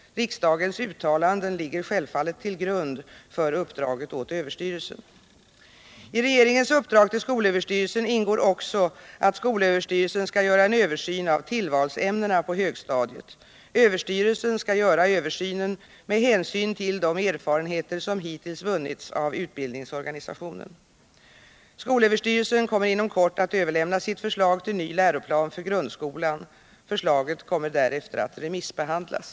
Riksdagens uttalanden ligger självfallet till grund för uppdraget åt överstyrelsen. I regeringens uppdrag till skolöverstyrelsen ingår också att skolöverstyrelsen skall göra en översyn av tillvalsämnena på högstadiet. Överstyrelsen skall göra översynen med hänsyn till de erfarenheter som hittills vunnits av utbildningsorganisationen. Skolöverstyrelsen kommer inom kort att överlämna sitt förslag till ny läroplan för grundskolan. Förslaget kommer därefter att remissbehandlas.